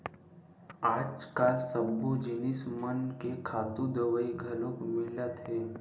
आजकाल सब्बो जिनिस मन के खातू दवई घलोक मिलत हे